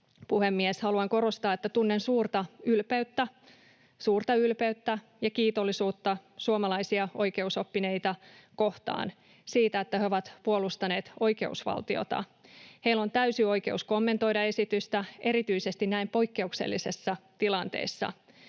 puhemies, haluan korostaa, että tunnen suurta ylpeyttä, suurta ylpeyttä ja kiitollisuutta, suomalaisia oikeusoppineita kohtaan siitä, että he ovat puolustaneet oikeusvaltiota. Heillä on täysi oikeus kommentoida esitystä erityisesti näin poikkeuksellisessa tilanteessa.